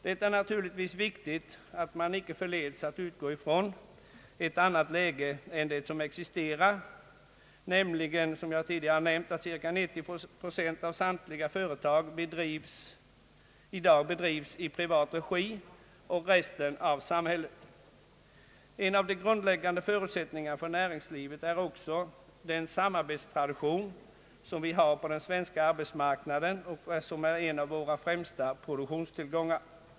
Det är naturligtvis viktigt att man icke förleds till att utgå ifrån ett annat läge än det som existerar nämligen, som jag tidigare nämnde, att cirka 95 procent av samtliga företag i dag drivs i privat regi och resten av samhället. En av de grundläggande förutsättningarna för näringslivet är också den samarbetstradition som vi har på den svenska arbetsmarknaden och som är en av våra främsta produktionstillgångar.